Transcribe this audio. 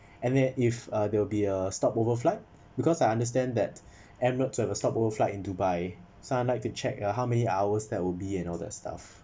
and then if uh there will be a stop overflight because I understand that emirates will have a stop overflight in dubai so I would like to check uh how many hours that will be and all that stuff